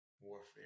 warfare